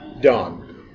done